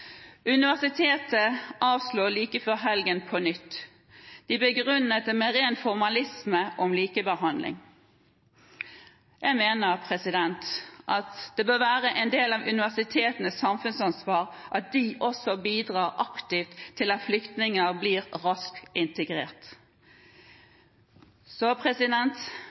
Universitetet avslo like før helgen på nytt og begrunnet det med ren formalisme om likebehandling. Jeg mener at det bør være en del av universitetenes samfunnsansvar å bidra aktivt til at flyktninger blir raskt integrert.